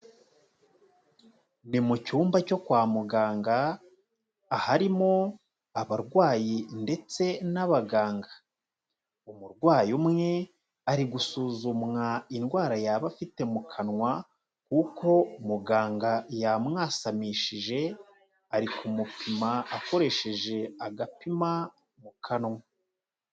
Ni mu cyumba cyo kwa muganga, aharimo abarwayi ndetse n'abaganga, umurwayi umwe ari gusuzumwa indwara yaba afite mu kanwa, kuko muganga yamwasamishije ari kumupima akoresheje agapima mu kanwa.